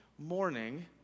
Morning